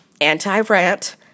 anti-Rant